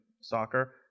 soccer